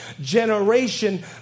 generation